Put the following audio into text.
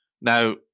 Now